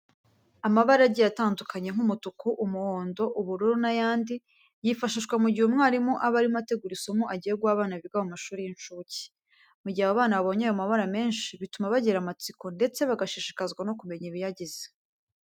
Amabara agiye atandukanye nk'umutuku, umuhondo, ubururu n'ayandi, yifashishwa mu gihe umwarimu aba irimo ategura isomo agiye guha abana biga mu mashuri y'incuke. Mu gihe abo bana babonye ayo mabara menshi bituma bagira amatsiko ndetse bagashishikazwa no kumenya ibiyagize.